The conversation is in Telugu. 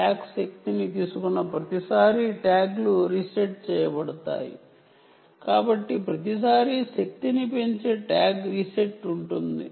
ట్యాగ్ శక్తిని తీసుకున్నప్రతిసారీ ట్యాగ్లు రీసెట్ చేయబడతాయి కాబట్టి ప్రతిసారీ పవర్ అప్ అయినప్పుడు ట్యాగ్ రీసెట్ అవుతుంది